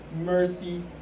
mercy